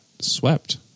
swept